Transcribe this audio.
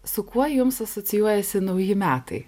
su kuo jums asocijuojasi nauji metai